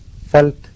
felt